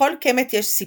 לכל קמט יש סיפור,